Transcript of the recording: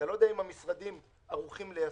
אתה לא יודע אם המשרדים ערוכים ליישם.